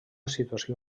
situació